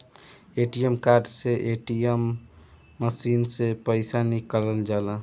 ATM card से ATM machine से पईसा निकालल जाला